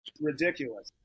ridiculous